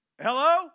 Hello